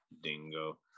dingo